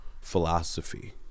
philosophy